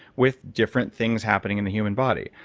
with different things happening in the human body.